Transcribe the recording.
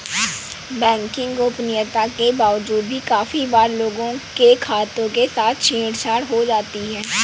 banking गोपनीयता के बावजूद भी काफी बार लोगों के खातों के साथ छेड़ छाड़ हो जाती है